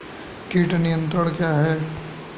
कीट नियंत्रण क्या है?